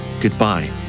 Goodbye